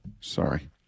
Sorry